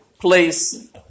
Place